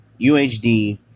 UHD